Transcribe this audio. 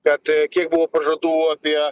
kad kiek buvo pažadų apie